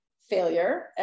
failure